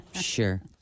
Sure